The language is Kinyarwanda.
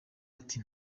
ati